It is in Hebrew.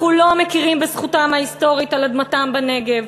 אנחנו לא מכירים בזכותם ההיסטורית על אדמתם בנגב,